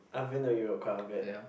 I've been to Europe quite a bit